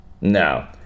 No